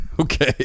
Okay